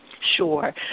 Sure